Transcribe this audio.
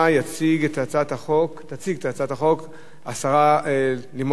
תציג את הצעת החוק השרה לימור לבנת?